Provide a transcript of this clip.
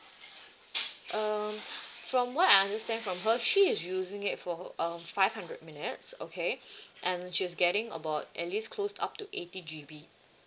uh from what I understand from her she is using it for uh five hundred minutes okay and she's just getting about at least close t~ up to eighty G_B